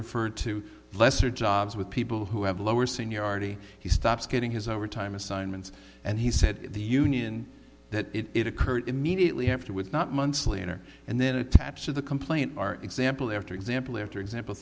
referred to lesser jobs with people who have lower seniority he stops getting his overtime assignments and he said the union that it occurred immediately after with not months later and then attached to the complaint our example after example after example